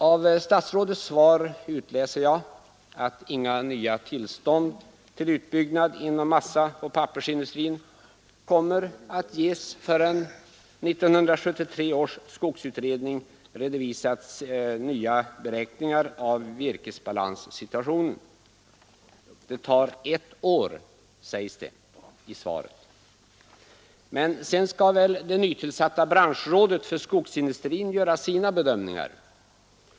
Av statsrådets svar utläser jag att inga nya tillstånd till utbyggnad inom massaoch pappersindustrin kommer att ges förrän 1973 års skogsutredning redovisat nya beräkningar av virkesbalanssituationen. Det tar ett år, sägs det i svaret. Men sedan skall väl det nytillsatta branschrådet för skogsindustrin göra sina bedömningar.